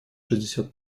шестьдесят